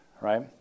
right